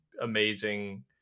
amazing